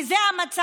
כי זה המצב,